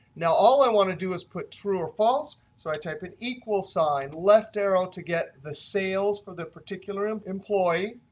now, all i want to do is put true or false. so i type an equals sign, left arrow to get the sales for the particular um employee.